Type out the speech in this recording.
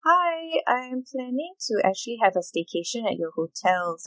hi I'm planning to actually has a staycation at your hotel